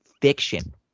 fiction